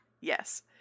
Yes